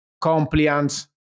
compliance